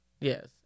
Yes